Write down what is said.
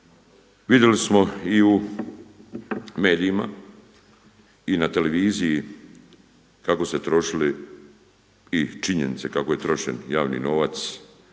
Vidjeli smo i u medijima i na televiziji kako su se trošili i činjenice kako je trošen javni novac